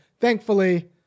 thankfully